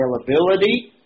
availability